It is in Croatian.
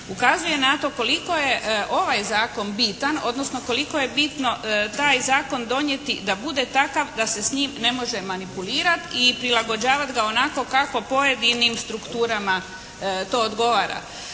ukazuje na to koliko je ovaj zakon bitan, odnosno koliko je bitno taj zakon donijeti da bude takav da se s njim ne može manipulirati i prilagođavati ga onako kako pojedinim strukturama to odgovara.